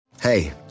Hey